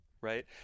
right